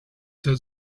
that